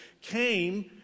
came